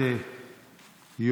19,